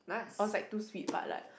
I was like too sweet but like